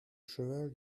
cheval